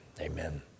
Amen